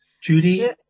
Judy